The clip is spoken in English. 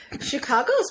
Chicago's